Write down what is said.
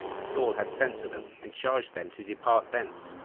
saul had sent to them, and charged them to depart thence,